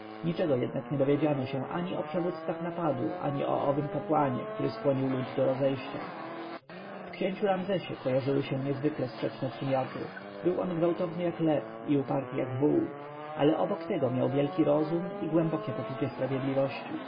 niczego jednak nie dowiedziano się ani o przewódcach napadu ani o owym kapłanie który skłonił lud do rozejścia w księciu ramzesie kojarzyły się niezwykle sprzeczne przymioty był on gwałtowny jak lew i uparty jak wół ale obok tego miał wielki rozum i głębokie poczucie sprawiedliwości